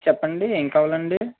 చెప్పండి ఏం కావాలండి